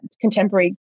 contemporary